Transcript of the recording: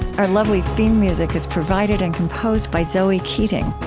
our lovely theme music is provided and composed by zoe keating.